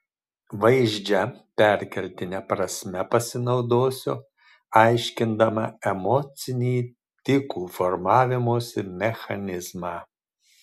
vaizdžia perkeltine prasme pasinaudosiu aiškindama emocinį tikų formavimosi mechanizmą